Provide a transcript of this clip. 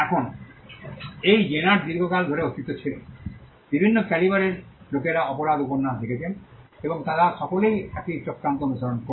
এখন এই জেনার দীর্ঘকাল ধরে অস্তিত্ব ছিল বিভিন্ন ক্যালিবারের লোকেরা অপরাধ উপন্যাস লিখেছেন এবং তারা সকলেই একই চক্রান্ত অনুসরণ করে